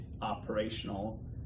operational